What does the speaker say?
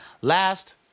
Last